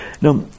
now